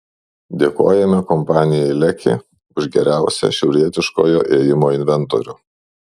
dėkojame kompanijai leki už geriausią šiaurietiškojo ėjimo inventorių